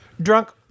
Drunk